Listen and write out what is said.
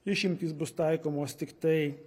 išimtys bus taikomos tiktai